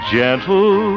gentle